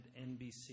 NBC